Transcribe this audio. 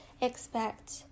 expect